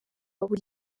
buri